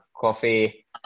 coffee